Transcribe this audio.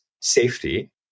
safety